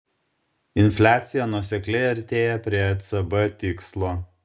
infliacija nuosekliai artėja prie ecb tikslo